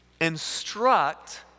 instruct